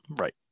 right